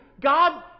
God